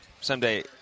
Someday